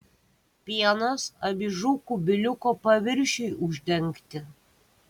pienas avižų kubiliuko paviršiui uždengti